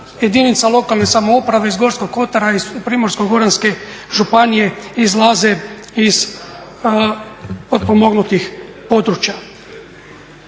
jedinica lokalne samouprave iz Gorskog kotara, iz Primorsko-goranske županije izlaze iz potpomognutih područja.